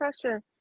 pressure